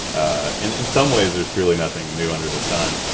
ah and in some ways there's truly nothing new under the sun,